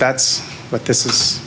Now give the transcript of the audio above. that's what this is